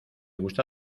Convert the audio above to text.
gusta